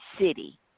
city